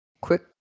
Quick